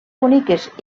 boniques